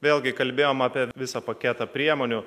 vėlgi kalbėjom apie visą paketą priemonių